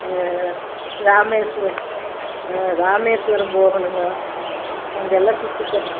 ம் ராமேஸ்வரத்தை ம் ராமேஸ்வரம் போகணும்ங்க அங்கே எல்லாம் சுற்றிப்பா